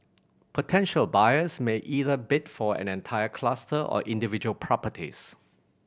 potential buyers may either bid for an entire cluster or individual properties